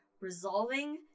Resolving